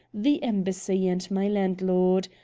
the embassy, and my landlord.